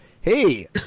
Hey